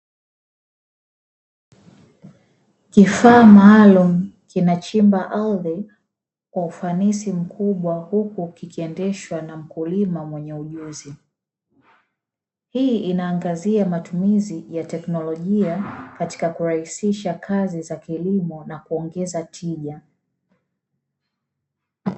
Kifaa maalumu kinachimba ardhi kwa ufanisi mkubwa, huku kikiendeshwa na mkulima mwenye ujuzi, hii inaangazia matumizi ya teknolojia, katika kurahisisha kazi za kilimo na kuongeza tija.